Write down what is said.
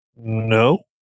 No